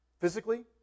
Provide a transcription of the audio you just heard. Physically